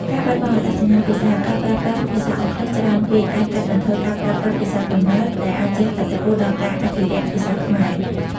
ការបាត់បង់អត្តសញ្ញាណភាសា ការប្រើប្រាស់ភាសាអង់គ្លេសច្រើនពេកអាចកាត់បន្ថយការប្រើប្រាស់ភាសាកំណើត ដែលអាចជះឥទ្ធិពលដល់ការអភិរក្សភាសាខ្មែរ។